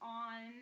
on